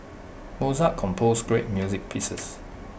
Mozart composed great music pieces